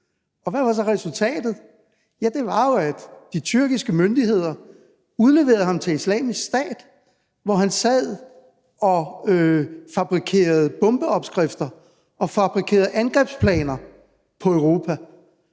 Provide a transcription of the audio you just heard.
Og hvad var så resultatet? Det var jo, at de tyrkiske myndigheder udleverede ham til Islamisk Stat, hvor han sad og fabrikerede bombeopskrifter og angrebsplaner mod Europa.